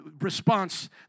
response